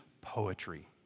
poetry